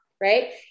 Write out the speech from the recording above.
Right